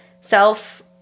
self